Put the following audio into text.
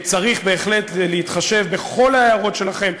צריך בהחלט להתחשב בכל ההערות שלכם,